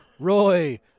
Roy